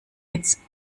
its